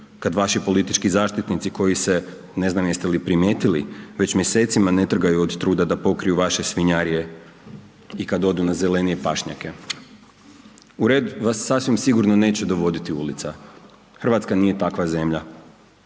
kad vaši politički zaštitnici koji se, ne znam jeste li primijetili već mjesecima ne trgaju od truda da pokriju vaše svinjarije i kad odu na zelenije pašnjake. U red vas sasvim sigurno neće dovoditi ulica, Hrvatska nije takva zemlja,